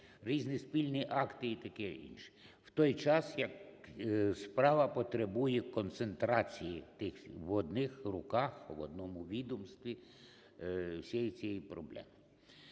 різні спільні акти і таке інше, в той час як справа потребує концентрації в одних руках, в одному відомстві всієї цієї проблеми.